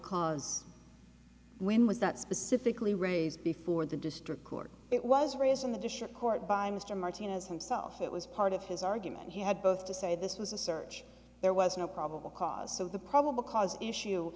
cause when was that specifically raised before the district court it was raised in the district court by mr martinez himself it was part of his argument he had both to say this was a search there was no probable cause so the probable cause issue